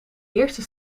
eerste